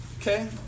Okay